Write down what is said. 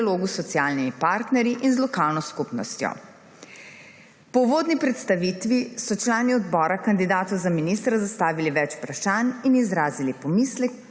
s socialnimi partnerji in z lokalno skupnostjo. Po uvodni predstavitvi so člani odbora kandidatu za ministra zastavili več vprašanj in izrazili pomisleke,